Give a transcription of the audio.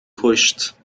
کشت